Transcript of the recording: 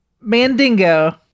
mandingo